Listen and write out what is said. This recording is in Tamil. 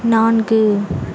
நான்கு